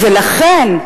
ולכן,